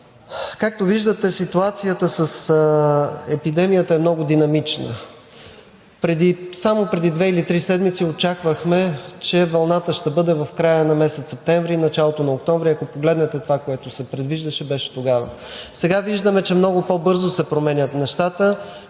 Както виждате, ситуацията с епидемията е много динамична. Само преди две или три седмици очаквахме, че вълната ще бъде в края на месец септември и началото на октомври, ако погледнете това, което се предвиждаше, беше тогава. Сега виждаме, че много по-бързо се променят нещата,